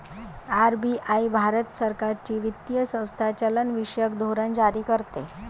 RBI Bharat सरकारची वित्तीय संस्था चलनविषयक धोरण जारी करते